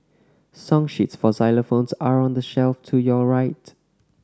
song sheets for xylophones are on the shelf to your right